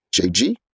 JG